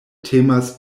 temas